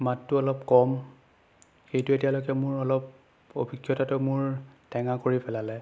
মাতটো অলপ কম সেইটো এতিয়ালৈকে মোৰ অলপ অভিজ্ঞতাটো মোৰ টেঙা কৰি পেলালে